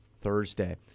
Thursday